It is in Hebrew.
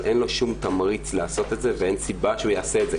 אבל אין לו שום תמריץ לעשות את זה ואין סיבה שהוא יעשה את זה.